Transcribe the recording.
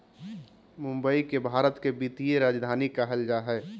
मुंबई के भारत के वित्तीय राजधानी कहल जा हइ